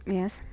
Yes